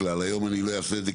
היום אני לא אעשה את זה,